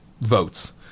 votes